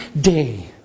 day